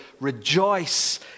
rejoice